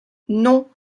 non